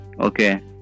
Okay